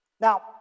Now